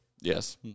Yes